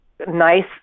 nice